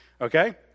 okay